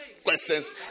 Questions